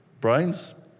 brains